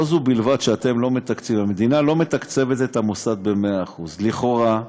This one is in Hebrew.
לא זו בלבד שהמדינה לא מתקצבת את המוסד ב-100% לכאורה,